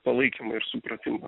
palaikymą ir supratimą